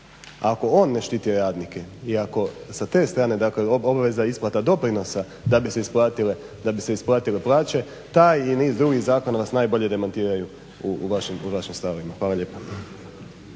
Ako on ne štiti radnike i ako sa te strane, dakle obaveza i isplata doprinosa da bi se isplatile plaće, taj i niz drugih zakona nas najbolje demantiraju u vašim stavovima. Hvala lijepa.